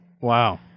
Wow